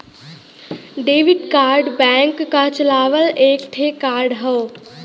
debit card bank क चलावल एक ठे कार्ड हौ